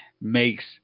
makes